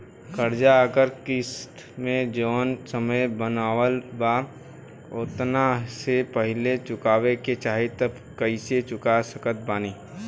कर्जा अगर किश्त मे जऊन समय बनहाएल बा ओतना से पहिले चुकावे के चाहीं त कइसे चुका सकत बानी?